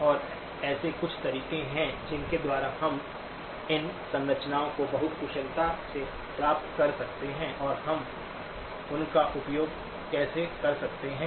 और ऐसे कुछ तरीके हैं जिनके द्वारा हम इन संरचनाओं को बहुत कुशलता से प्राप्त कर सकते हैं और हम उनका उपयोग कैसे कर सकते हैं